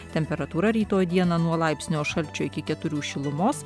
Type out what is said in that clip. temperatūra rytoj dieną nuo laipsnio šalčio iki keturių šilumos